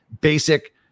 basic